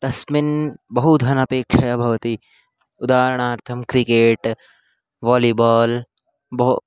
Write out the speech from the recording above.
तस्मिन् बहु धनापेक्षा भवति उदाहरणार्थं क्रिकेट् वालिबाल् बहु